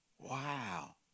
Wow